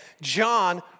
John